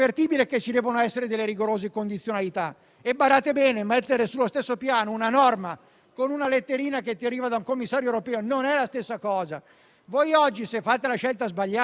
Voi oggi, se fate la scelta sbagliata, metterete un cappio al collo all'Italia, e hai voglia a dire che riformate quel cappio. Cappio è e cappio resta!